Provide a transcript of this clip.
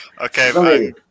Okay